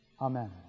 Amen